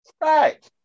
right